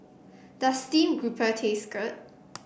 does Steamed Grouper taste good